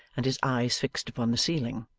and his eyes fixed upon the ceiling.